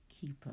keeper